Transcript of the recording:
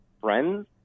friends